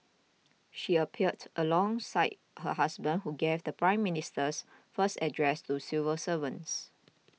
she appeared alongside her husband who gave the Prime Minister's first address to civil servants